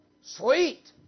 Sweet